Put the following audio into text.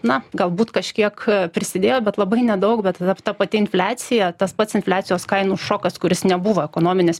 na galbūt kažkiek prisidėjo bet labai nedaug bet tada ta pati infliacija tas pats infliacijos kainų šokas kuris nebuvo ekonominis